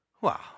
Wow